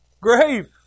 Grave